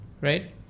Right